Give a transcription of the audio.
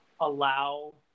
allow